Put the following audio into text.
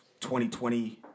2020